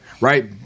right